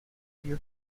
due